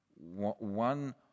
one